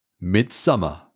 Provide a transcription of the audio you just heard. Midsummer